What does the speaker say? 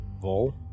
Vol